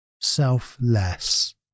Selfless